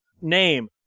name